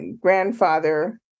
grandfather